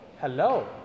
hello